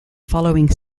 following